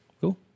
cool